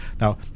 Now